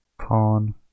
Pawn